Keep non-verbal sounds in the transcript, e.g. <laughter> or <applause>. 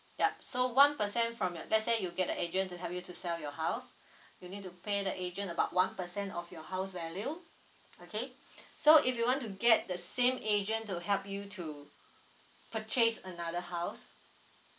yup so one percent from your let's say you get the agent to help you to sell your house you need to pay the agent about one percent of your house value okay <breath> so if you want to get the same agent to help you to purchase another house